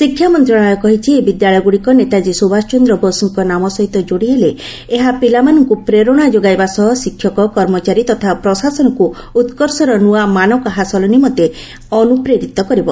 ଶିକ୍ଷାମନ୍ତ୍ରଣାଳୟ କହିଛି ଏହି ବିଦ୍ୟାଳୟଗୁଡିକ ନେତାଜ୍ଞୀ ସୁଭାଷଚନ୍ଦ୍ର ବୋଷଙ୍କ ନାମ ସହିତ ଯୋଡି ହେଲେ ଏହା ପିଲାମାନଙ୍କୁ ପ୍ରେରଣା ଯୋଗାଇବା ସହ ଶିକ୍ଷକ କର୍ମଚାରୀ ତଥା ପ୍ରଶାସନକୁ ଉତ୍କର୍ଷର ନ୍ତଆ ମାନକ ହାସଲ ନିମନ୍ତେ ଅନୁପ୍ରେରିତ କରିବ